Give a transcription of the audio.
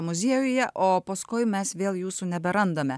muziejuje o paskoi mes vėl jūsų neberandame